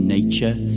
Nature